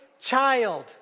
child